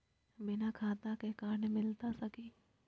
बिना खाता के कार्ड मिलता सकी?